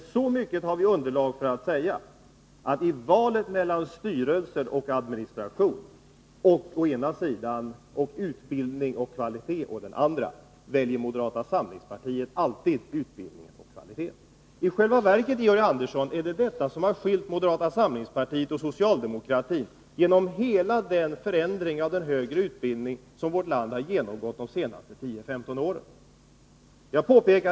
Men så mycket har vi underlag för att säga att i valet mellan styrelser och administration å den ena sidan och utbildning och kvalitet å den andra väljer moderata samlingspartiet alltid utbildningens kvalitet. I själva verket, Georg Andersson, är det detta som har skilt moderata samlingspartiet och socialdemokratin när det gäller hela den förändring av den högre utbildningen som vårt land har genomgått under de senaste 10-15 åren.